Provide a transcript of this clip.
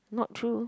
not true